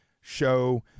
show